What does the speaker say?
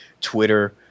Twitter